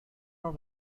are